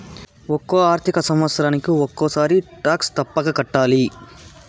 ఒక్కో ఆర్థిక సంవత్సరానికి ఒక్కసారి టాక్స్ తప్పక కట్టాలి